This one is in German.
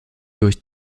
durch